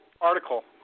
article